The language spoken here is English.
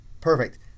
Perfect